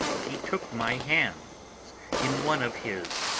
he took my hands in one of his,